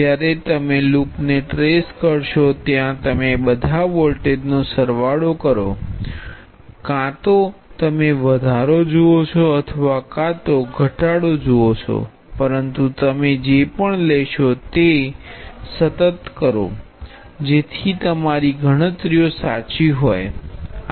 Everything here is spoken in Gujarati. જ્યારે તમે લૂપને ટ્રેસ કરશો તો ત્યા તમે બધા વોલ્ટેજનો સરવાળો કરો છો કાં તો તમે વધારો જુઓ છો અથવા તો ઘટાડો જુઓ છો પરંતુ તમે જે પણ લેશો તે તેને સતત કરો જેથી તમારી ગણતરીઓ સાચી હોય